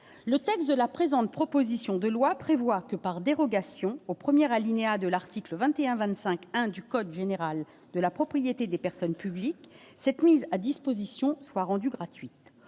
le texte de la présente proposition de loi prévoit que par dérogation aux premières alinéa de l'article 21 25 1 du code général de la propriété des personnes publiques cette mise à disposition soit rendue gratuite,